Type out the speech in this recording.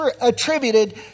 attributed